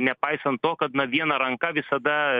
nepaisant to kad na viena ranka visada